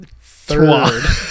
third